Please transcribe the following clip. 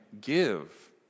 give